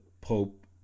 Pope